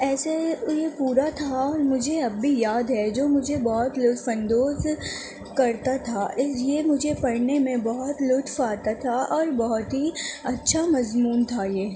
ایسے یہ پورا تھا مجھے اب بھی یاد ہے جو مجھے بہت لطف اندوز کرتا تھا اس یہ مجھے پڑھنے میں بہت لطف آتا تھا اور بہت ہی اچھا مضمون تھا یہ